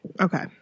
Okay